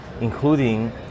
including